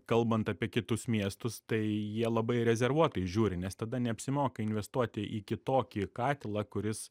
kalbant apie kitus miestus tai jie labai rezervuotai žiūri nes tada neapsimoka investuoti į kitokį katilą kuris